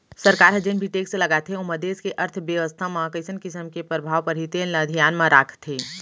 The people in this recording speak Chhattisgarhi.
सरकार ह जेन भी टेक्स लगाथे ओमा देस के अर्थबेवस्था म कइसन किसम के परभाव परही तेन ल धियान म राखथे